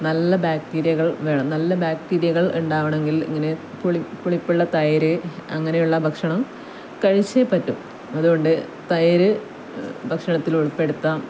നല്ല ബാക്ടീരിയകൾ വേണം നല്ല ബാക്ടീരിയകൾ ഉണ്ടാവണമെങ്കിൽ ഇങ്ങനെ പുളിപ്പുള്ള തൈര് അങ്ങനെയുള്ള ഭക്ഷണം കഴിച്ചേ പറ്റൂ അതുകൊണ്ട് തൈര് ഭക്ഷണത്തിൽ ഉൾപ്പെടുത്താം